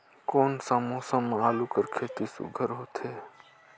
कोन सा मौसम म आलू कर खेती सुघ्घर होथे?